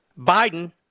Biden